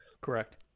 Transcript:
Correct